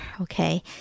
okay